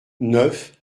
neuf